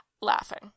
laughing